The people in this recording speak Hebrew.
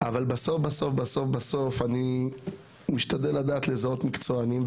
אבל בסוף בסוף אני משתדל לדעת לזהות מקצוענים,